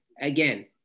again